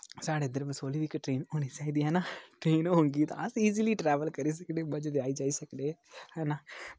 साढ़े इद्धर बसोह्ली तगर ट्रेन होनी चाहिदी है ना ट्रेन होंगी तां अस इज़ली ट्रेवल करी सकने मज़े दे आई जाई सकने है ना